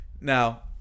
Now